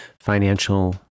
financial